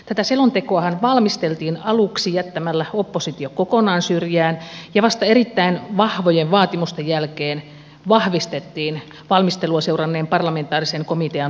tätä selontekoahan valmisteltiin aluksi jättämällä oppositio kokonaan syrjään ja vasta erittäin vahvojen vaatimusten jälkeen vahvistettiin valmistelua seuranneen parlamentaarisen komitean mandaattia